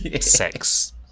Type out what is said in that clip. sex